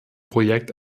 projekt